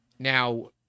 Now